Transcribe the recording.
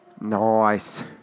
Nice